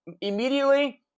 Immediately